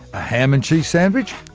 a ham and cheese sandwich,